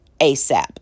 ASAP